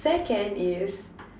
second is